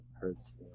hurts